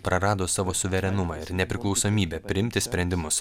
prarado savo suverenumą ir nepriklausomybę priimti sprendimus